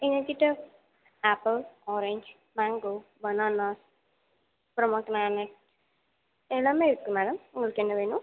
எங்கள் கிட்ட apple orange mango banana pomegranate எல்லாமே இருக்குது மேடம் உங்களுக்கு என்ன வேணும்